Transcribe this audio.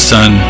Son